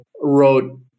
wrote